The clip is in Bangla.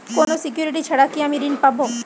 কোনো সিকুরিটি ছাড়া কি আমি ঋণ পাবো?